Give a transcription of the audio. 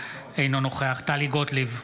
אינו נוכח טלי גוטליב,